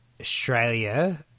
Australia